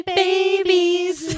babies